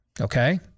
okay